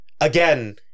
again